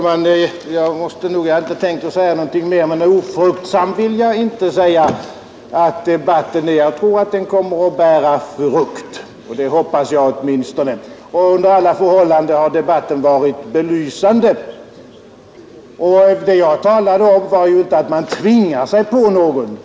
Herr talman! Jag hade inte tänkt säga någonting mer men ofruktsam vill jag inte påstå att debatten är. Jag tror att den kommer att bära frukt, det hoppas jag åtminstone. Under alla förhållanden har debatten varit belysande. Det jag talade om var ju inte att man tvingar sig på någon.